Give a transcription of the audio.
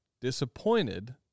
disappointed